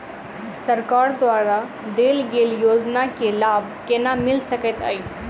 सरकार द्वारा देल गेल योजना केँ लाभ केना मिल सकेंत अई?